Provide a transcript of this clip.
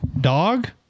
dog